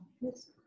Yes